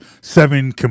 seven